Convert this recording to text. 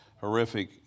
horrific